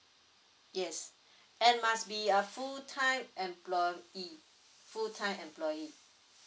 yes and must be a full time employee full time employee